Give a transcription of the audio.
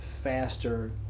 faster